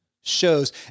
shows